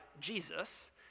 Jesus